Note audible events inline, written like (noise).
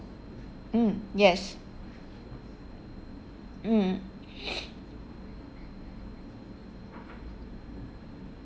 mm yes mm (breath)